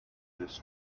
this